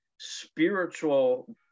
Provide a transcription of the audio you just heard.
spiritual